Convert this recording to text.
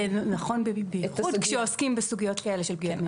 זה נכון ובייחוד כשעוסקים בסוגיות כאלה של פגיעה מינית.